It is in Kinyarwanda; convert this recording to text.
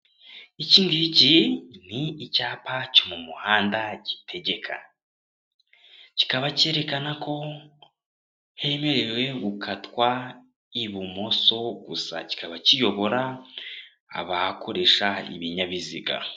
Ikingiki ni icyapa cyo mu muhanda gitegeka, kikaba kerekana ko hemerewe gutatwa ibumoso gusa, kikaba kiyobora abakoresha ibinyabiziga.